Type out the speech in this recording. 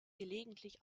gelegentlich